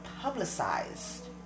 publicized